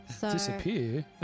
Disappear